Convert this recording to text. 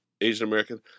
asian-american